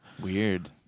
Weird